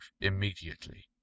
immediately